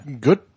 good